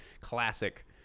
Classic